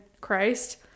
Christ